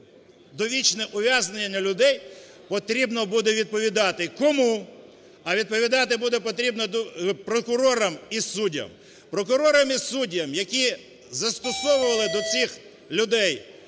довічне ув'язнення людей, потрібно буде відповідати. Кому? А відповідати буде потрібно прокурорам і суддям. Прокурорам і суддям, які застосовували до цих людей